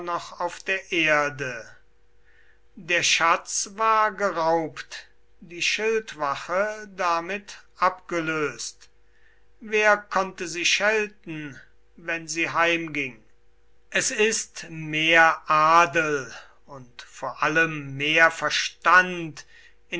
auf der erde der schatz war geraubt die schildwache damit abgelöst wer konnte sie schelten wenn sie heimging es ist mehr adel und vor allem mehr verstand